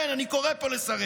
כן, אני קורא פה לסרב.